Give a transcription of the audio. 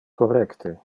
correcte